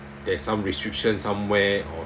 there's some restrictions somewhere or